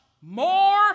more